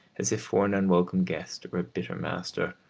as for an unwelcome guest, or a bitter master,